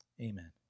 Amen